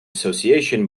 association